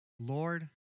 Lord